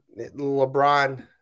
LeBron